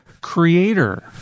creator